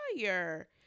fire